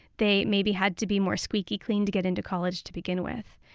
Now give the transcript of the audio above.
they maybe had to be more squeaky clean to get into college to begin with.